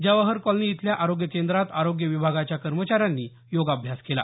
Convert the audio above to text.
Jawahar colony इथल्या आरोग्य केंद्रात आरोग्य विभागाच्या कर्मचाऱ्यांनी योगाभ्यास केला